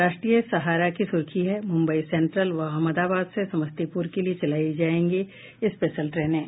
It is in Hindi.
राष्ट्रीय सहारा की सुर्खी है मुम्बई सेंट्रल व अहमदाबाद से समस्तीपुर के लिए चलायी जायेगीं स्पेशल ट्रेनें